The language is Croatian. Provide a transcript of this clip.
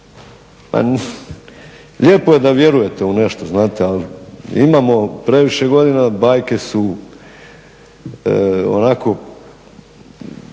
Lijepo je da vjerujete u nešto, znate ali imamo previše godina. Bajke su onako